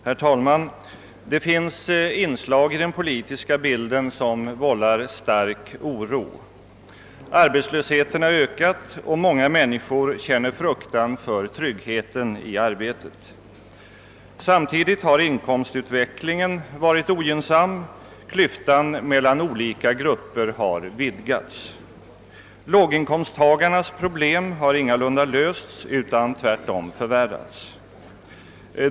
Herr talman! Det finns inslag i den politiska bilden som vållar stark oro. Arbetslösheten har ökat, och många människor känner tryggheten i arbetet hotad. Samtidigt har inkomstutvecklingen varit ogynnsam: klyftan mellan olika grupper har vidgats. Låginkomsttagarnas problem har ingalunda lösts, utan tvärtom förvärrats.